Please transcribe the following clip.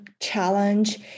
challenge